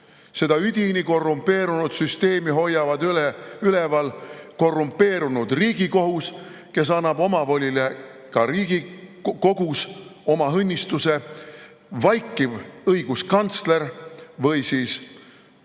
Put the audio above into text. Seda üdini korrumpeerunud süsteemi hoiavad üleval korrumpeerunud Riigikohus, kes annab ka omavolile Riigikogus õnnistuse, vaikiv õiguskantsler või siis õigeid